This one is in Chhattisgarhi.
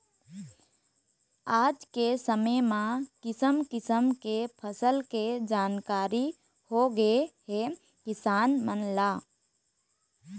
आज के समे म किसम किसम के फसल के जानकारी होगे हे किसान मन ल